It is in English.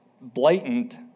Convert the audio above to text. blatant